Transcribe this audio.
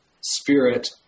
spirit